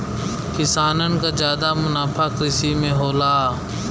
किसानन क जादा मुनाफा कृषि में होला